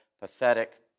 pathetic